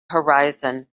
horizon